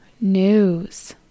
news